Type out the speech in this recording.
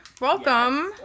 welcome